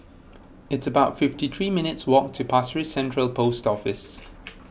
it's about fifty three minutes' walk to Pasir Ris Central Post Office